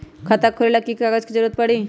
खाता खोले ला कि कि कागजात के जरूरत परी?